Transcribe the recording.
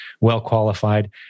well-qualified